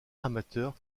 amateur